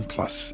Plus